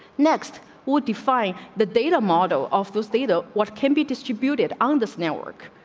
next would define the data model off those data what can be distributed on this network